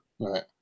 Right